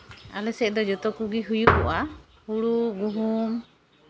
ᱟᱞᱮᱥᱮᱫ ᱫᱚ ᱡᱚᱛᱚ ᱠᱚᱜᱮ ᱦᱩᱭᱩᱜᱚᱜᱼᱟ ᱦᱩᱲᱩ ᱜᱩᱦᱩᱢ